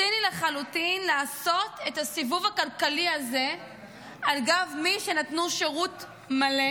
ציני לחלוטין לעשות את הסיבוב הכלכלי הזה על גב מי שנתנו שירות מלא